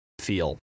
feel